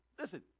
Listen